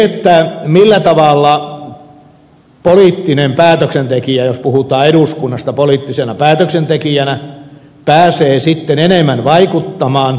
millä tavalla poliittinen päätöksentekijä jos puhutaan eduskunnasta poliittisena päätöksentekijänä pääsee enemmän vaikuttamaan